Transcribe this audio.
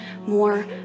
more